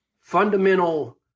fundamental